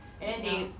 ya